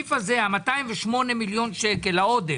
הסעיף הזה, 208 מיליון שקל, העודף,